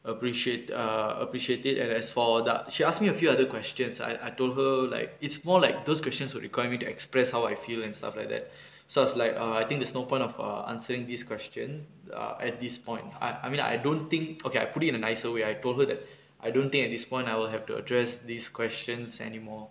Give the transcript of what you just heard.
appreciate err appreciate it and as for dah she ask me a few other questions I I told her like it's more like those questions would require me to express how I feel and stuff like that so I was like I think there's no point of err answering this question uh at this point I I mean I don't think okay I put it in a nicer way I told her that I don't think at this point I will have to address these questions anymore